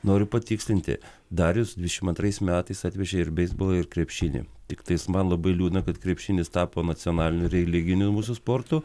noriu patikslinti darius dvidešim antrais metais atvežė ir beisbolą ir krepšinį tiktais man labai liūdna kad krepšinis tapo nacionaliniu religiniu mūsų sportu